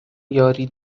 یاری